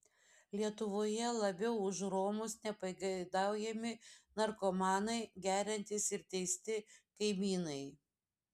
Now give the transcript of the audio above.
lietuvoje labiau už romus nepageidaujami narkomanai geriantys ir teisti kaimynai